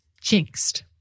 jinxed